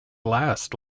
last